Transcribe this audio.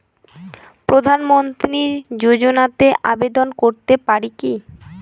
প্রধানমন্ত্রী যোজনাতে আবেদন করতে পারি কি?